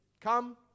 come